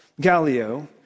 Galileo